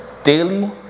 daily